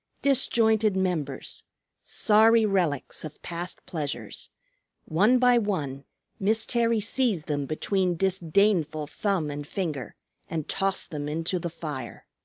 disjointed members sorry relics of past pleasures one by one miss terry seized them between disdainful thumb and finger and tossed them into the fire.